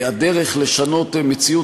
הדרך לשנות מציאות,